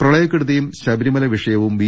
പ്രളയക്കെടുതിയും ശബരിമല വിഷയവും ബി